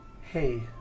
Hey